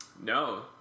No